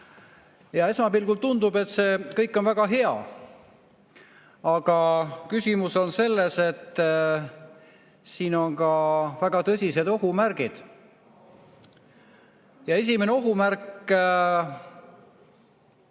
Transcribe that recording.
Esmapilgul tundub, et see kõik on väga hea. Aga küsimus on selles, et siin on ka väga tõsised ohumärgid. Esimene ohumärk